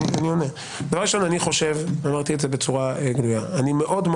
אני חושב, ואמרתי את זה בצורה גלויה, אני מקווה